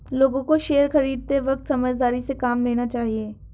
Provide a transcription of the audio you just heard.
लोगों को शेयर खरीदते वक्त समझदारी से काम लेना चाहिए